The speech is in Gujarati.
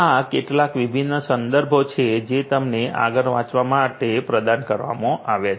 આ કેટલાક વિભિન્ન સંદર્ભો છે જે તમને આગળ વાંચવા માટે પ્રદાન કરવામાં આવ્યા છે